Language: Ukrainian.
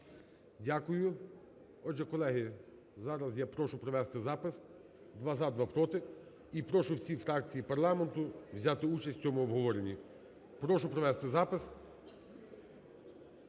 Дякую. Отже, колеги, зараз я прошу провести запис: два – за, два – проти. І прошу всіх фракцій парламенту взяти участь у цьому обговоренні. Прошу провести запис